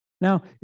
Now